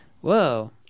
whoa